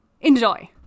Enjoy